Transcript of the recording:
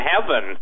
heaven